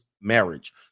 marriage